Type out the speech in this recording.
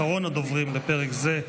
אחרון הדוברים בפרק זה,